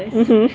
mmhmm